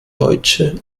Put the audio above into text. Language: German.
deutsche